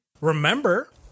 remember